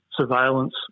surveillance